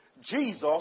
Jesus